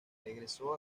regresó